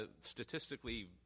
statistically